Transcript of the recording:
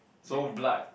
so blood